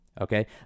Okay